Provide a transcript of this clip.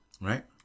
right